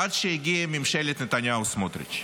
עד שהגיעה ממשלת נתניהו-סמוטריץ'.